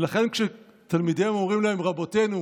ולכן כשתלמידיהם אומרים להם: "רבותינו,